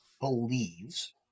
believes